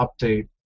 update